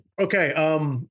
Okay